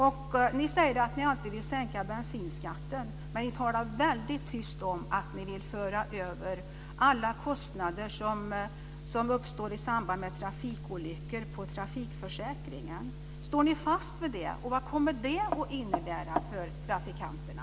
Ni moderater säger att ni alltid vill sänka bensinskatten men ni talar väldigt tyst om att ni vill föra över alla kostnader som uppstår i samband med trafikolyckor till trafikförsäkringen. Står ni fast vid det, och vad skulle det innebära för trafikanterna?